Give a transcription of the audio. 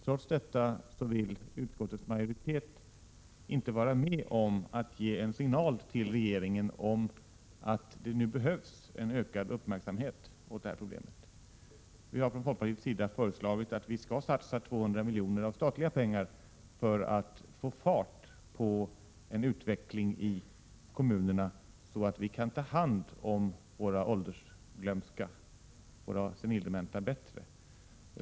Trots detta vill utskottets majoritet inte vara med om att ge en signal till regeringen om att detta problem behöver ökad uppmärksamhet. Folkpartiet har föreslagit att det skall satsas 200 miljoner av statliga pengar för att få fart på en utveckling i kommunerna, så att vi bättre kan ta hand om våra åldersglömska eller senildementa.